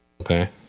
okay